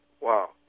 wow